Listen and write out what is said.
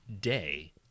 day